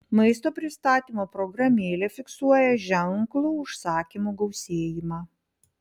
maisto pristatymo programėlė fiksuoja ženklų užsakymų gausėjimą